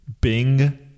Bing